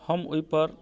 हम ओहि पर